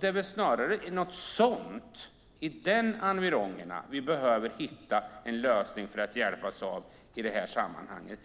Det är väl snarare något sådant vi behöver, snarare i de environgerna vi behöver hitta en lösning för att hjälpa Saab i det här sammanhanget.